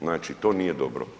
Znači, to nije dobro.